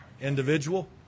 individual